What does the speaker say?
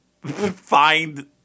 find